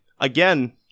again